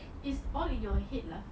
it's all in your head lah